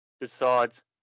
decides